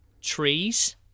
trees